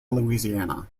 louisiana